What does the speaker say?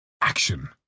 action